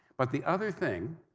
but the other thing,